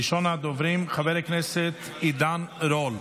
ראשון הדוברים, חבר הכנסת עידן רול,